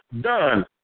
done